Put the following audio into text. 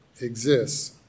exists